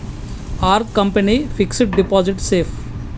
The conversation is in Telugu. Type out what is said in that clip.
Are company fixed deposit safe?